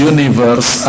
Universe